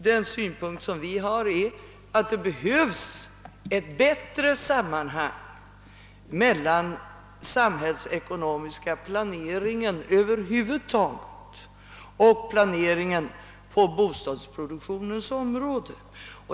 Den synpunkt vi har är att det behövs ett bättre sammanhang mellan den samhällsekonomiska planeringen över huvud taget och planeringen på bostadsproduktionens område.